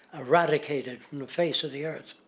eradicated from the face of the earth.